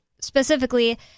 specifically